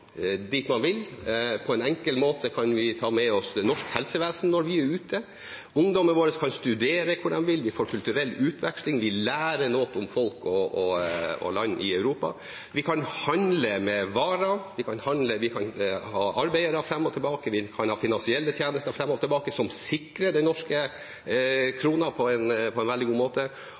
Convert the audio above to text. På en enkel måte kan vi ta med oss norsk helsevesen når vi er ute. Ungdommen vår kan studere hvor de vil, vi får kulturell utveksling, vi lærer noe om folk og land i Europa, vi kan handle med varer, vi kan ha arbeidere fram og tilbake, vi kan ha finansielle tjenester fram og tilbake, som sikrer den norske krona på en veldig god måte,